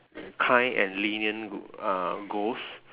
kind and lenient uh ghost